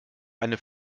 eine